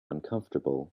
uncomfortable